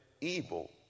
evil